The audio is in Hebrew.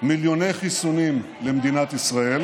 מיליוני חיסונים למדינת ישראל,